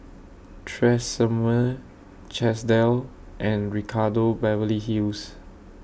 Tresemme Chesdale and Ricardo Beverly Hills